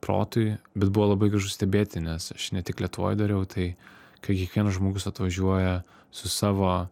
protui bet buvo labai gražu stebėti nes aš ne tik lietuvoj dariau tai kai kiekvienas žmogus atvažiuoja su savo